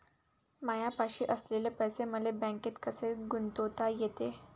मायापाशी असलेले पैसे मले बँकेत कसे गुंतोता येते?